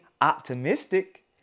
optimistic